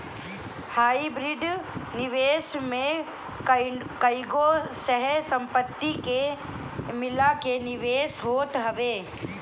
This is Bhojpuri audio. हाइब्रिड निवेश में कईगो सह संपत्ति के मिला के निवेश होत हवे